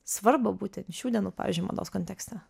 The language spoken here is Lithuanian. svarbą būtent šių dienų pavyzdžiui mados kontekste